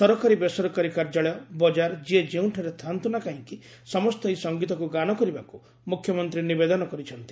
ସରକାରୀ ବେସରକାରୀ କାର୍ଯ୍ୟାଳୟ ବଜାର ଯିଏ ଯେଉଁଠାରେ ଥାଆନ୍ତୁ ନା କାହିଁକି ସମସ୍ତେ ଏହି ସଙ୍ଗୀତକୁ ଗାନ କରିବାକୁ ମୁଖ୍ୟମନ୍ତୀ ନିବେଦନ କରିଛନ୍ତି